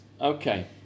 okay